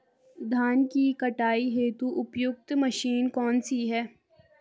धान की कटाई हेतु उपयुक्त मशीन कौनसी है?